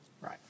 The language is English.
Right